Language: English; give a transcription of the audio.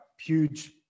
huge